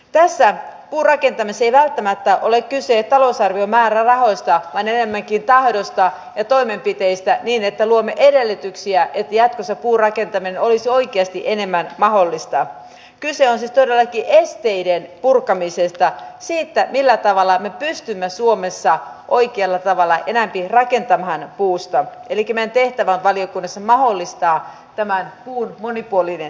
tässä muutakin menisi välttämättä ole kyse talousarviomäärärahoista vaan enemmänkin tahdosta ja toimenpiteistä niin että luomme edellytyksiä että jatkossa puurakentaminen olis oikeesti enemmän mahollista kyse on siitä lähtien esteiden purkamisesta ja siitä millä tavalla me pystymme suomessa oikealla tavalla näinkin rakentamaan puusta yli kymmen tehtävään valittu mahollista tämä puhui monipuolinen